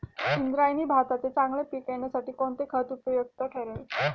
इंद्रायणी भाताचे चांगले पीक येण्यासाठी कोणते खत उपयुक्त ठरेल?